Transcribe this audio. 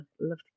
love